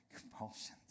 Compulsions